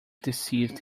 deceived